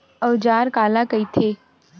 औजार काला कइथे?